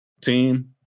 team